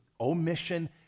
omission